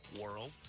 world